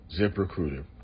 ZipRecruiter